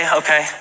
okay